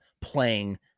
playing